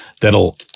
that'll